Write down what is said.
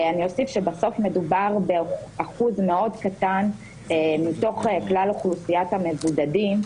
אני אוסיף שבסוף מדובר באחוז מאוד קטן מתוך כלל אוכלוסיית המבודדים,